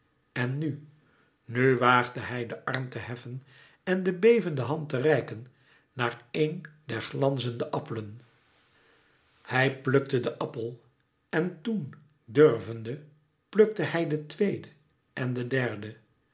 en nu nu waagde hij den arm te heffen en de bevende hand te reiken naar een der glanzende appelen hij plukte den appel en toen durvende plukte hij den tweede en den derde